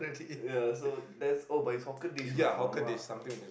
ya so that's oh but it's hawker dish lah !alamak!